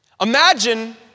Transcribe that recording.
Imagine